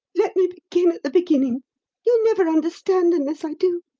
let me begin at the beginning you'll never understand unless i do.